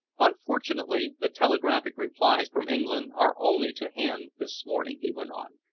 unfortunately the telegraphic replies from england are only to hand this morning, he went on,